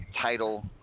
title